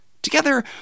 Together